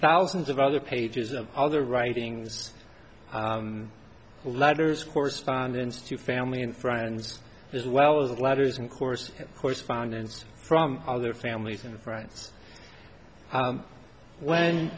thousands of other pages of other writings letters correspondence to family and friends as well as letters and course correspondence from their families and friends when